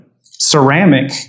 ceramic